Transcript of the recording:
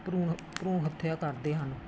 ਭਰੂਣ ਭਰੂਣ ਹੱਤਿਆ ਕਰਦੇ ਹਨ